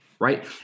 right